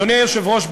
אדוני היושב-ראש,